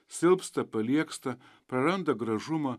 silpsta paliegsta praranda gražumą